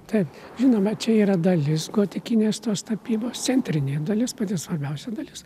taip žinoma čia yra dalis gotikinės tos tapybos centrinė dalis pati svarbiausia dalis